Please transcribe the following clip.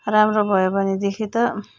राम्रो भयो भनेदेखि त